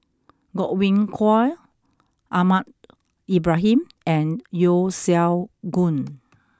Godwin Koay Ahmad Ibrahim and Yeo Siak Goon